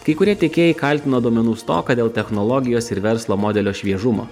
kai kurie tiekėjai kaltino duomenų stoką dėl technologijos ir verslo modelio šviežumo